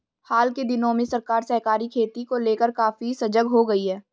हाल के दिनों में सरकार सहकारी खेती को लेकर काफी सजग हो गई है